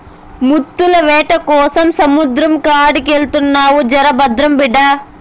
ముత్తాల వేటకోసం సముద్రం కాడికెళ్తున్నావు జర భద్రం బిడ్డా